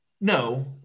no